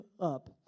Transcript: up